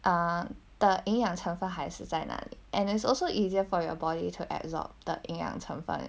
um the 营养成分还是在那里 and it's also easier for your body to absorb the 营养成分